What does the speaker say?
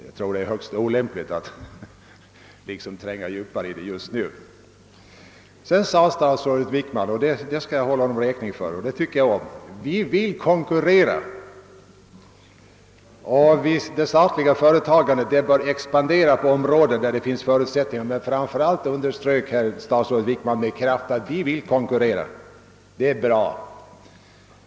Jag tror det är mindre lämpligt att tränga djupare in i frågan just i dag. Sedan sade statsrådet Wickman — och det är någonting som jag tycker om och som jag skall hålla honom räkning för — att vi vill konkurrera. Han tillade att det statliga företagandet bör expandera på de områden där det finns förutsättningar, men han tryckte framför allt på detta att »vi vill konkurrera».